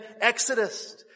Exodus